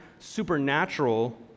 supernatural